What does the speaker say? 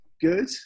good